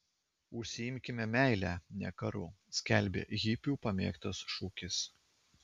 užsiimkime meile ne karu skelbė hipių pamėgtas šūkis